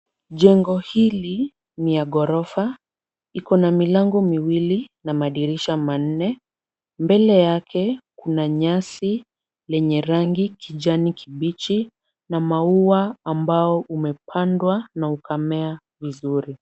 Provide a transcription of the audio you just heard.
Jengo hili ni ya ghorofa. Iko na milango miwili na madirisha manne. Mbele yake kuna nyasi lenye rangi kijani kibichi na maua ambao umepandwa na ukamea vizuri.